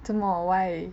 做么 why